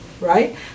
right